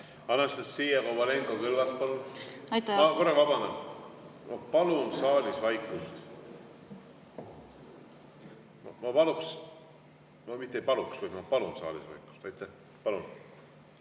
Anastassia Kovalenko-Kõlvart, palun! Aitäh! Aitäh! Ma korra vabandan. Ma palun saalis vaikust. Ma paluks … Ma mitte ei paluks, vaid ma palun saalis vaikust. Aitäh! Palun!